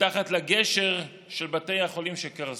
מתחת לגשר של בתי החולים שקרסו.